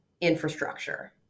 infrastructure